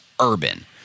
urban